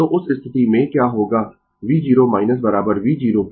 तो उस स्थिति में क्या होगा v0 v0 वह 100 वोल्ट होगा